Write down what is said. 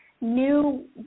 new